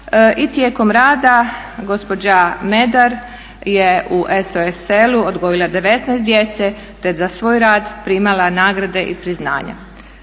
i tijekom rada gospođa Medar je u SOS selu odgojila 19 djece, te za svoj rad primala nagrade i priznanja.